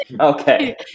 Okay